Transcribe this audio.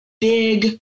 big